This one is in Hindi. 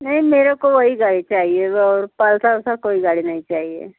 नहीं मेरे को वही गाड़ी चाहिए और पल्सर उल्सर कोई गाड़ी नहीं चाहिए